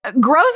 Gross